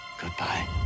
Goodbye